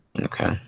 okay